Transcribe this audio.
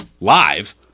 live